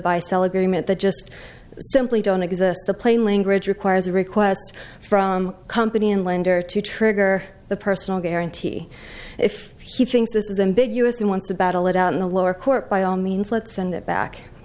buy sell agreement that just simply don't exist the plain language requires a request from company and lender to trigger the personal guarantee if he thinks this is a big u s and wants to battle it out in the lower court by all means let's send it back